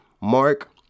Mark